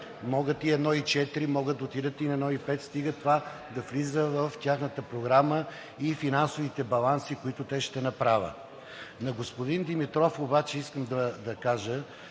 процент – 1,4, могат да отидат и на 1,5, стига това да влиза в тяхната програма и финансовите баланси, които те ще направят. На господин Димитров обаче искам да кажа,